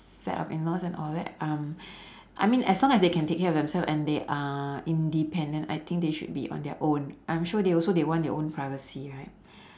set of in laws and all that um I mean as long as they can take care of themselves and they are independent I think they should be on their own I'm sure they also they want their own privacy right